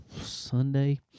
Sunday